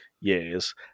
years